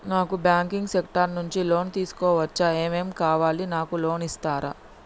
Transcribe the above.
నాకు banking sector నుంచి loan తీసుకోవచ్చా? ఏమేం కావాలి? నాకు లోన్ ఇస్తారా?